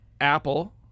Apple